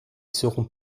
seront